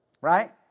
Right